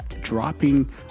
dropping